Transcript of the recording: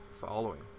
following